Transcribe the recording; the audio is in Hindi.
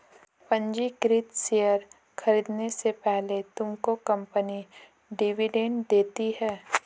पंजीकृत शेयर खरीदने से पहले तुमको कंपनी डिविडेंड देती है